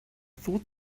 thought